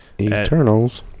Eternals